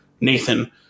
Nathan